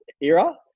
era